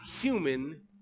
human